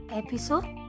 episode